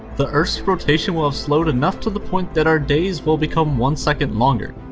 the earth's rotation will have slowed enough to the point that our days will become one second longer.